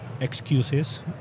excuses